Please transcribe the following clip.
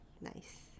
nice